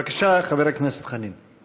בבקשה, חבר הכנסת חנין.